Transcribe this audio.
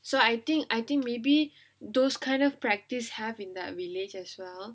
so I think I think maybe those kind of practice have in that village as well